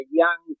young